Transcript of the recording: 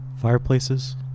Fireplaces